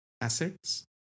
assets